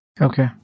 Okay